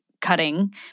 cutting